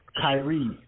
Kyrie